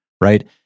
right